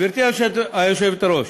גברתי היושבת-ראש,